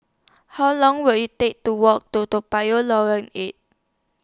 How Long Will IT Take to Walk to Toa Payoh Lorong eight